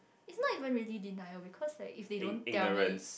is not even really denial because like if they don't tell me